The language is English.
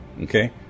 Okay